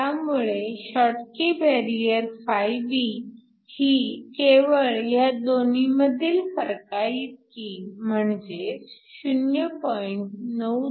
त्यामुळे Schottky barrier φB ही केवळ ह्या दोन्हीमधील फरकाइतकी म्हणजेच 0